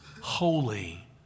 holy